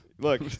Look